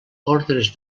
ordres